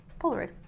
Polaroid